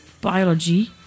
biology